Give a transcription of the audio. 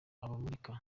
abamurika